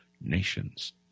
nations